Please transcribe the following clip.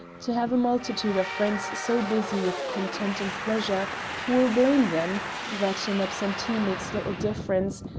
to have a multitude of friends so busy with content and pleasure who will blame them that an absentee makes little difference,